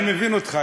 אני מבין אותך,